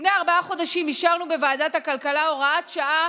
לפני ארבעה חודשים אישרנו בוועדת הכלכלה הוראת שעה